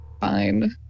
fine